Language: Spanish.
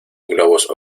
globos